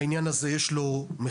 לעניין הזה יש מחיר.